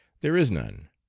there is none,